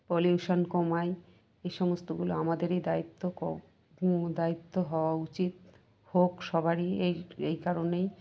pollution কমায় এই সমস্তগুলো আমাদেরই দায়িত্ব দায়িত্ব হওয়া উচিত হোক সবারই এই এই কারণেই